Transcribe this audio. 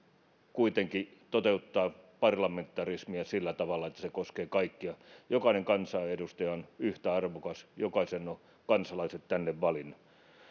kuitenkin toteuttaa parlamentarismia sillä tavalla että se koskee kaikkia jokainen kansanedustaja on yhtä arvokas jokaisen ovat kansalaiset tänne valinneet